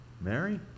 Mary